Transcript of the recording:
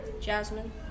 Jasmine